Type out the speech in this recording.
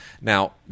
Now